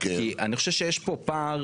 כי אני חושב שיש פה פער